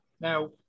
Now